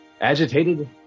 agitated